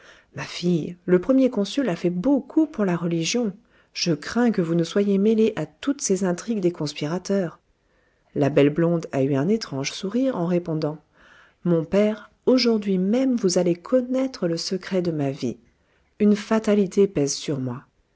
ma fille le premier consul a fait beaucoup pour la religion je crains que vous ne soyez mêlée à toutes ces intrigues des conspirateurs la belle blonde a eu un étrange sourire en répondant mon père aujourd'hui même vous allez connaître le secret de ma vie une fatalité pèse sur moi